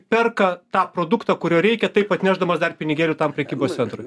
perka tą produktą kurio reikia taip atnešdamas dar pinigėlių tam prekybos centrui